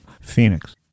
Phoenix